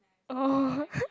oh